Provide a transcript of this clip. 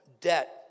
debt